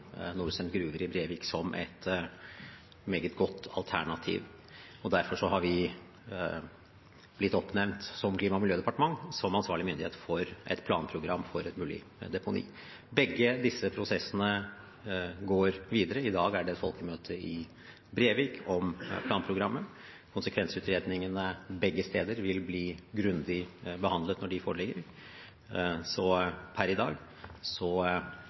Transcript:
gruver i Brevik som et meget godt alternativ. Derfor har Klima- og miljødepartementet blitt oppnevnt som ansvarlig myndighet for et planprogram for et mulig deponi. Begge disse prosessene går videre. I dag er det et folkemøte i Brevik om planprogrammet. Konsekvensutredningene for begge steder vil bli grundig behandlet når de foreligger. Per i dag